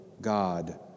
God